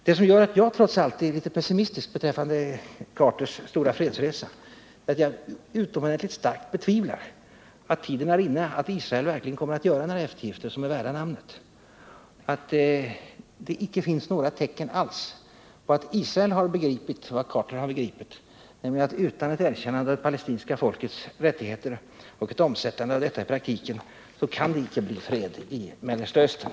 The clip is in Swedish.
Det som gör att jag trots allt är litet pessimistisk beträffande Carters stora fredsresa är att jag utomordentligt starkt betvivlar att tiden är inne för att Israel verkligen kommer att göra några eftergifter som är värda namnet. Det finns inte några som helst tecken på att man i Israel har begripit vad Carter har förstått, nämligen att utan ett erkännande av det palestinska folkets rättigheter och ett omsättande av detta i praktiken kan det inte bli fred i Mellanöstern.